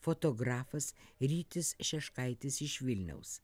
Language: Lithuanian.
fotografas rytis šeškaitis iš vilniaus